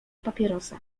papierosa